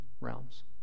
realms